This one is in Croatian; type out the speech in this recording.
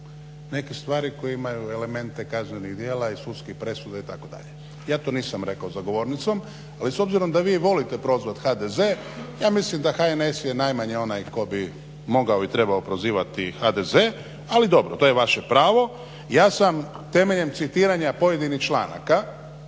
neke stvari koje imaju elemente kaznenih djela i sudskih presuda itd. Ja to nisam rekao za govornicom. Ali s obzirom da vi volite prozvati HDZ ja mislim da HNS je najmanje onaj tko bi mogao i trebao prozivati HDZ, ali dobro, to je vaše pravo. Ja sam temeljem citiranja pojedinih članaka